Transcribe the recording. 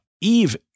Eve